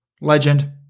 legend